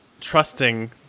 trusting